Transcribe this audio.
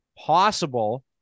possible